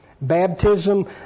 Baptism